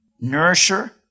Nourisher